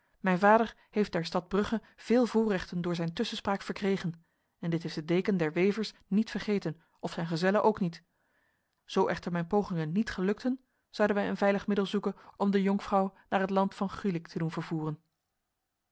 mijn vader heeft der stad brugge veel voorrechten door zijn tussenspraak verkregen en dit heeft de deken der wevers niet vergeten of zijn gezellen ook niet zo echter mijn pogingen niet gelukten zouden wij een veilig middel zoeken om de jonkvrouw naar het land van gulik te doen vervoeren